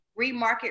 remarket